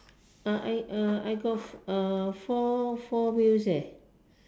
ah I uh I got uh four four wheels eh